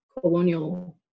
colonial